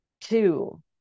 two